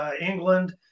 England